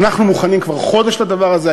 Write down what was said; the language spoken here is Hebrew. אנחנו מוכנים כבר חודש לדבר הזה,